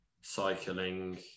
cycling